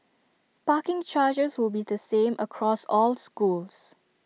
parking charges will be the same across all schools